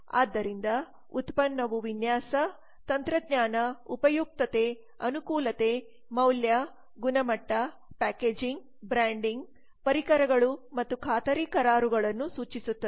ಆದ್ದರಿಂದ ಉತ್ಪನ್ನವು ವಿನ್ಯಾಸ ತಂತ್ರಜ್ಞಾನ ಉಪಯುಕ್ತತೆ ಅನುಕೂಲತೆ ಮೌಲ್ಯ ಗುಣಮಟ್ಟ ಪ್ಯಾಕೇಜಿಂಗ್ ಬ್ರ್ಯಾಂಡಿಂಗ್ ಪರಿಕರಗಳು ಮತ್ತು ಖಾತರಿ ಕರಾರುಗಳನ್ನು ಸೂಚಿಸುತ್ತದೆ